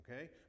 okay